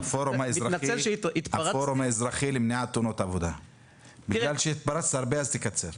אני מתנצל שהתפרצתי -- בגלל שהתפרצת הרבה אז תקצר.